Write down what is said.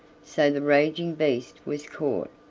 so the raging beast was caught,